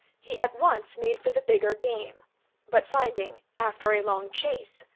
he at once made for the bigger game but finding, after a long chase,